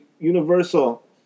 universal